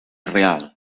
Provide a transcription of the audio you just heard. real